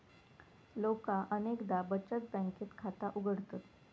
लोका अनेकदा बचत बँकेत खाता उघडतत